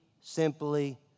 simply